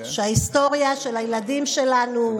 ההיסטוריה של הילדים שלנו,